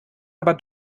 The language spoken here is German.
aber